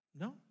no